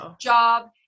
job